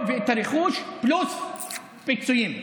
ואת הרכוש פלוס פיצויים.